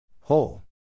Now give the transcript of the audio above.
whole